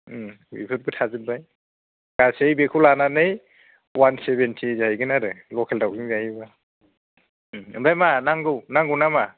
ओम बेफोरबो थाजोब्बाय गासै बेखौ लानानै वान सेभेन्टि जाहैगोन आरो लकेल दाउजों जायोबा ओम ओमफ्राय मा नांगौ नांगौ नामा